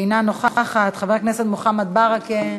אינה נוכחת, חבר הכנסת מוחמד ברכה,